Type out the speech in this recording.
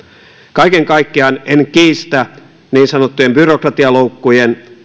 kaiken kaikkiaan en kiistä niin sanottujen byrokratialoukkujen